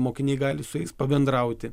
mokiniai gali su jais pabendrauti